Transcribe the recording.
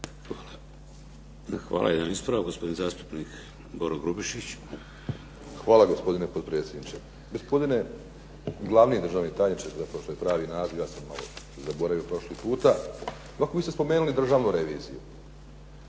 Hvala. Jedan ispravak gospodin zastupnik Boro Grubišić. **Grubišić, Boro (HDSSB)** Hvala gospodine potpredsjedniče. Gospodine glavni državni tajniče kao što je i pravi naziv ja sam malo zaboravio od prošli puta. Ovako vi ste spomenuli Državnu reviziju